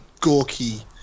gawky